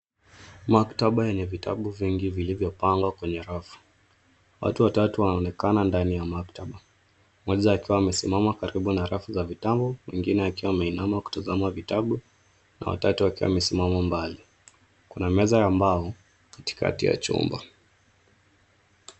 Maktaba yenye vitabu vingi vilivyopangwa kwenye rafu. Watu watatu wanaonekana ndani ya maktaba, mmoja akiwa amesimama karibu na rafu za vitabu, mwengine akiwa ameinama kutazama vitabu na watatu wakiwa wamesimama mbali. Kuna meza ya mbao katikati ya chumba.